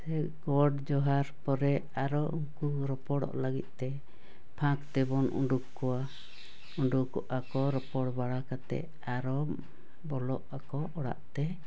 ᱜᱚᱰ ᱡᱚᱦᱟᱨ ᱯᱚᱨᱮ ᱟᱨᱚ ᱩᱱᱠᱩ ᱨᱚᱯᱚᱲᱚᱜ ᱞᱟᱹᱜᱤᱫ ᱛᱮ ᱯᱷᱸᱟᱠ ᱛᱮᱵᱚᱱ ᱩᱱᱰᱩᱠ ᱠᱚᱣᱟ ᱩᱰᱩᱠᱚᱜ ᱟᱠᱚ ᱨᱚᱯᱚᱲ ᱵᱟᱲᱟ ᱠᱟᱛᱮᱫ ᱟᱨᱚ ᱵᱚᱞᱚᱜ ᱟᱠᱚ ᱚᱲᱟᱜᱛᱮ